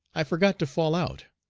i forgot to fall out.